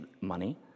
money